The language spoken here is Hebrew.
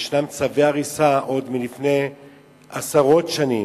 יש צווי הריסה עוד מלפני עשרות שנים,